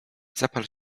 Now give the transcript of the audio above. zapal